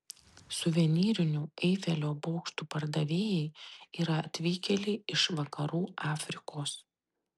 suvenyrinių eifelio bokštų pardavėjai yra atvykėliai iš vakarų afrikos